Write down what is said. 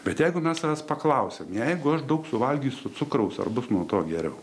bet jeigu mes savęs paklausiam jeigu aš daug suvalgysiu cukraus ar bus nuo to geriau